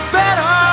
better